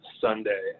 Sunday